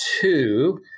two